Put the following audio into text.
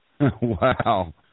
Wow